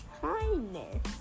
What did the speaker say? kindness